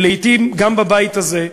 ולעתים גם בבית הזה,